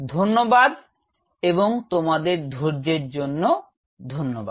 ধন্যবাদ এবং তোমাদের ধৈর্যের জন্য ধন্যবাদ